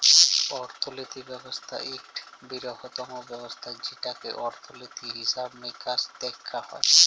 অর্থলিতি ব্যবস্থা ইকট বিরহত্তম ব্যবস্থা যেটতে অর্থলিতি, হিসাব মিকাস দ্যাখা হয়